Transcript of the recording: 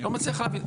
לא מצליח להבין.